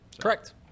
Correct